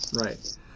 right